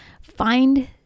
Find